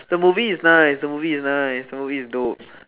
the movie is nice the movie is nice the movie is dull